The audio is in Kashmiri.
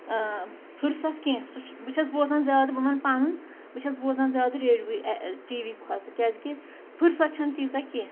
فرسَت کینٛہہ سُہ چھُ بہٕ چھَس بوزان زیادٕ بہٕ وَنہٕ پَنُن بہٕ چھَس بوزان زیادٕ ریڈوے ٹی وی کھۄتہٕ کیازکہِ فرست چھَنہٕ تیٖژاہ کیٚنٛہہ